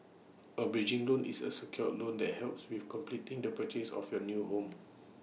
A bridging loan is A secured loan that helps with completing the purchase of your new home